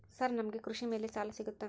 Sir ನಮಗೆ ಕೃಷಿ ಮೇಲೆ ಸಾಲ ಸಿಗುತ್ತಾ?